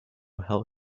hell